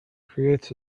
creates